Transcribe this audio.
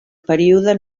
període